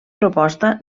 proposta